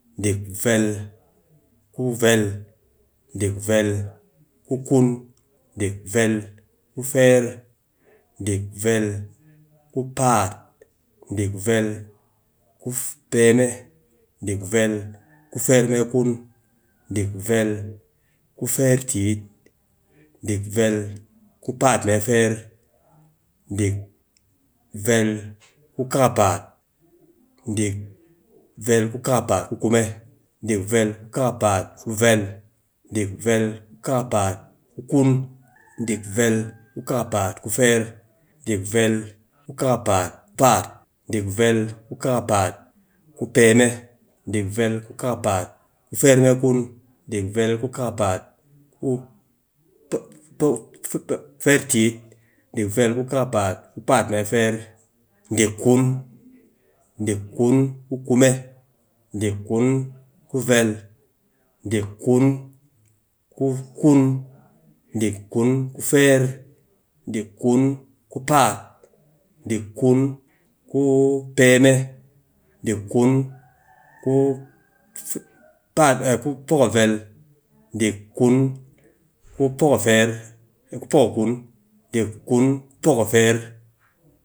Dik vel ku vel, dik vel ku kun, dik vel ku feer, dik vel ku paat, dik vel ku peme, dik vel ku feer mee kun, dik vel ku feer tit, dik vel ku paat mee feer, dik vel ku kakapaat, dik vel ku kakapaat ku kume, dik vel ku kakapaat ku vel, dik vel ku kakapaat ku kun, dik vel ku kakapaat ku feer, dik vel ku kakapaat ku paat, dik vel ku kakapaat ku peme, dik vel ku kakapaat ku feer mee kun, dik vel ku kakapaat ku feer tit, dik vel ku kakapaat ku paat mee feer, dik kun, dik kun ku kume, dik kun ku vel, dik kun ku kun, dik kun ku feer, dik kun ku paat, dik kun ku peme, dik kun ku poko vel, dik kun ku poko feer, ku poko kun, dik kun ku poko feer